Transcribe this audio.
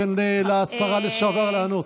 תן לשרה לשעבר לענות.